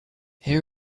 here